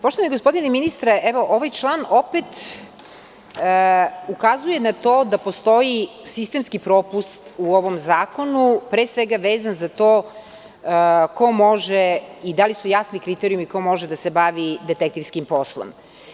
Poštovani gospodine ministre, ovaj član opet ukazuje na to da postoji sistemski propust u ovom zakonu, pre svega, vezan za to ko može i da li su jasni kriterijumi ko može da se bavi detektivskim poslom.